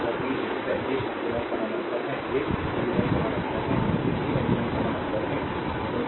ये श्रृंखलाएं समानांतर हैं ये 3 एलिमेंट्स समानांतर हैं सभी 3 एलिमेंट्स समानांतर हैं